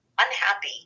unhappy